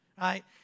right